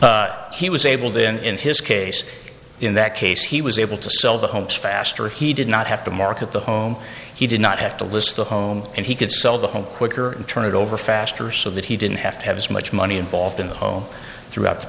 so he was able then in his case in that case he was able to sell the homes faster he did not have to market the home he did not have to list the home and he could sell the home quicker and turn it over faster so that he didn't have to have as much money involved in the home throughout the